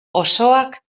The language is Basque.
osoak